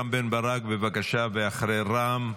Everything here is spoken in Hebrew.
רם בן ברק, בבקשה, ואחרי רם,